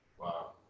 Wow